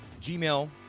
Gmail